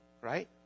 Right